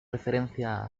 referencia